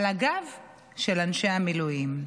על הגב של אנשי המילואים.